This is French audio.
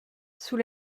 sous